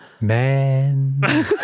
Man